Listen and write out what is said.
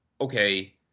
okay